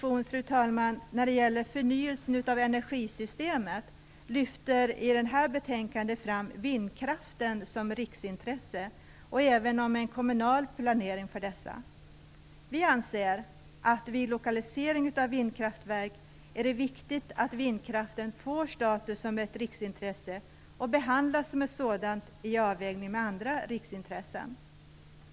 I Centerpartiets motion om förnyelsen av energisystemet lyfter vi fram vindkraften som riksintresse och vikten av en kommunal planering för dessa. Vi anser att det vid lokalisering av vindkraftverk är viktigt att vindkraften får status som ett riksintresse och behandlas som ett sådant i avvägningen mellan vindkraften och andra riksintressen.